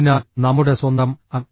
അതിനാൽ നമ്മുടെ സ്വന്തം ഐ